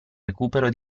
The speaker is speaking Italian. recupero